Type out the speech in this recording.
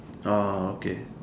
orh okay